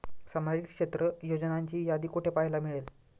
सामाजिक क्षेत्र योजनांची यादी कुठे पाहायला मिळेल?